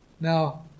Now